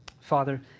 Father